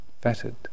fettered